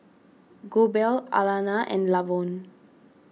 Goebel Alannah and Lavon